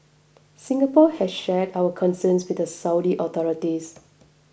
Singapore has shared our concerns with the Saudi authorities